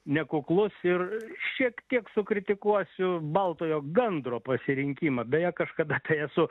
nekuklus ir šiek tiek sukritikuosiu baltojo gandro pasirinkimą beje kažkada tai esu